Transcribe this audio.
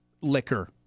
liquor